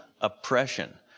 oppression